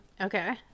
Okay